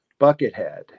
Buckethead